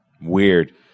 Weird